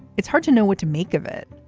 it's hard to know what to make of it.